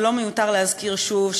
ולא מיותר להזכיר שוב,